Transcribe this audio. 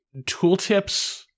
tooltips